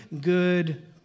good